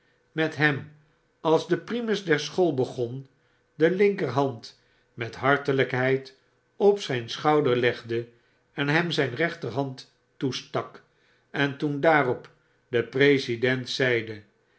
met hem als den primus der school begon de linkerhand met hartelykheid op zfin schouder legde en hem zijn rechterhand toestak en toen daarop de president zeide